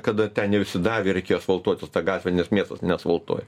kada ten ne visi davė reikėjo asfaltuotis tą gatvę nes miestas neasfaltuoja